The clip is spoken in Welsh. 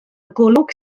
golwg